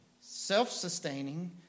self-sustaining